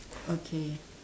okay